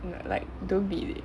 you know like don't be